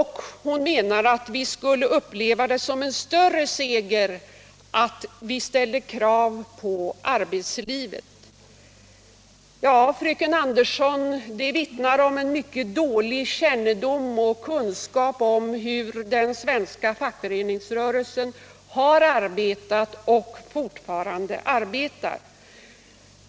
Hon menade att vi skulle uppleva det som en större seger, om vi ställde krav på arbetslivet. Ja, fröken Andersson, det vittnar om en mycket dålig kännedom och kunskap om hur den svenska fackföreningsrörelsen har arbetat och fortfarande arbetar.